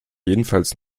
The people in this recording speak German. jedenfalls